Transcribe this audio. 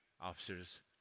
officers